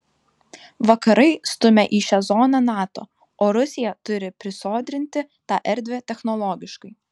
vakarai stumia į šią zoną nato o rusija turi prisodrinti tą erdvę technologiškai